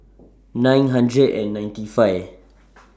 nine hundred and ninety five